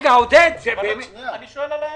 כולם רוצים לשמוע, תאמין לי.